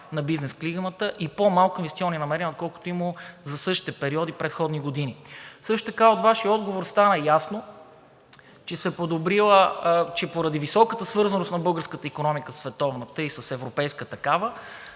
на бизнес климата и по малко инвестиционни намерения, отколкото е имало за същите периоди в предходни години. Също така от Вашия отговор стана ясно, че поради високата свързаност на българската икономика – световната и с европейската такава,